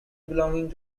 belonging